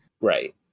Right